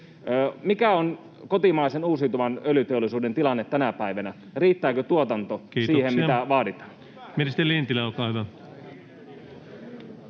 Mikä on kotimaisen uusiutuvan öljyteollisuuden tilanne tänä päivänä, ja riittääkö tuotanto siihen, mitä vaaditaan?